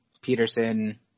Peterson